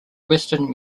western